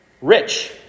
rich